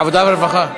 העבודה והרווחה.